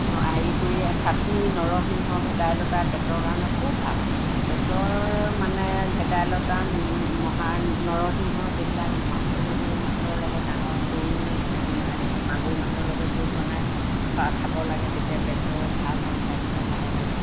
হেৰি কৰি চাটনি নৰসিংহ ভেদাইলতা পেটৰ কাৰণে খুব ভাল পেটৰ মানে ভেদাইলতা নিম মহা নৰসিংহ সেইবিলাক সৰু সৰু মাছৰ লগত ডাঙৰ গৰৈ মাগুৰ মাছৰ লগত জোল বনাই খোৱা খাব লাগে তেতিয়া ভাল হয় পেটৰ স্বাস্থ্য ভালে থাকে